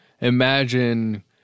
imagine